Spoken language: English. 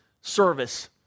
service